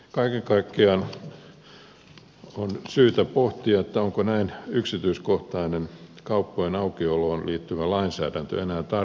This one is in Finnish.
kaiken kaikkiaan on syytä pohtia onko näin yksityiskohtainen kauppojen aukioloon liittyvä lainsäädäntö enää tarpeellista